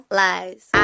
lies